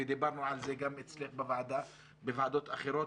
ודיברנו על זה גם אצלך בוועדה ובוועדות אחרות